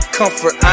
comfort